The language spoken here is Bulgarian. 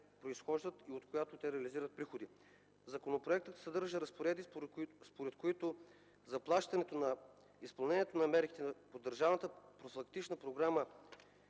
и от която те реализират приходи. Законопроектът съдържа разпоредби, според които заплащането на изпълнението на мерките по държавната профилактична програма